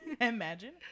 Imagine